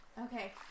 Okay